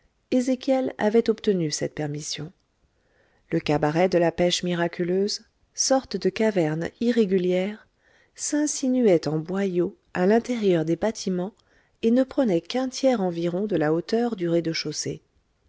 ezéchiel avait obtenu cette permission le cabaret de la pêche miraculeuse sorte de caverne irrégulière s'insinuait en boyau à l'intérieur des bâtiments et ne prenait qu'un tiers environ de la hauteur du rez-de-chaussée